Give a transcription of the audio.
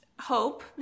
hope